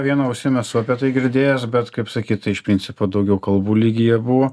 viena ausim esu apie tai girdėjęs bet kaip sakyt tai iš principo daugiau kalbų lygyje buvo